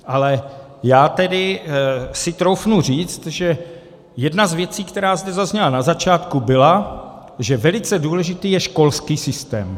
Ale já si troufnu říct, že jedna z věcí, která zde zazněla na začátku, byla, že velice důležitý je školský systém.